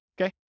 Okay